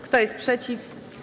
Kto jest przeciw?